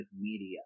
media